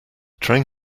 train